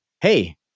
hey